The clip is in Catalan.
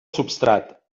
substrat